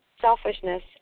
selfishness